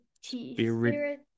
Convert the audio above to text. spirit